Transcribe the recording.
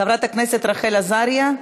בעד,